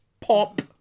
Pop